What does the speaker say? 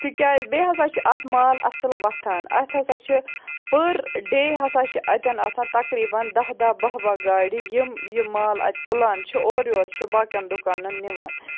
تِکیٛازِ بیٚیہِ ہَسا چھِ اَتھ مال اَصٕل وۄتھان اَتھ ہَسا چھِ پٔر ڈے ہَسا چھِ اَتٮ۪ن آسان تَقریٖباً دَہ دَہ بَہہ بَہہ گاڑِ یِم یہِ مال اَتہِ تُلان چھِ اورٕ یورٕ چھِ باقیَن دُکانَن نِوان